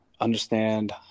understand